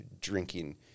drinking